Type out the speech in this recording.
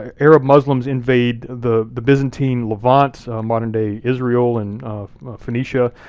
ah arab muslims invade the the byzantine levant, modern-day israel and phoenicia,